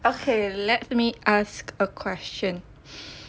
okay let me ask a question